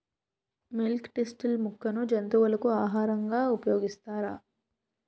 Milk thistle మొక్కను జంతువులకు ఆహారంగా ఉపయోగిస్తారా?